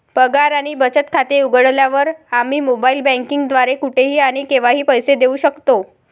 पगार आणि बचत खाते उघडल्यावर, आम्ही मोबाइल बँकिंग द्वारे कुठेही आणि केव्हाही पैसे देऊ शकतो